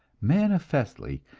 manifestly,